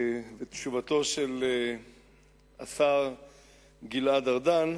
ולתשובתו של השר גלעד ארדן,